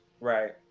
right